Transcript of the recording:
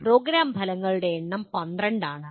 programme ഫലങ്ങളുടെ എണ്ണം 12 ആണ്